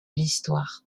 l’histoire